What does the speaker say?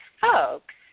folks